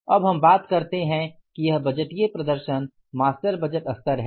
अब हम बात करते हैं कि यह बजटीय प्रदर्शन मास्टर बजट स्तर है